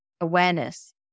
awareness